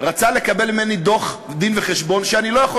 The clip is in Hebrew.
רצה לקבל ממני דין-וחשבון שאני לא יכול